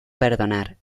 perdonar